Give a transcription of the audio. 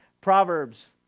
Proverbs